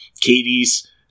Katie's